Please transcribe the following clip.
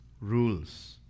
rules